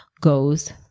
goes